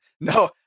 no